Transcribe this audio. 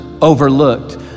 overlooked